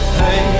hey